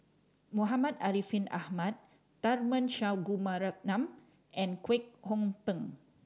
Muhammad Ariff Ahmad Tharman Shanmugaratnam and Kwek Hong Png